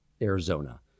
Arizona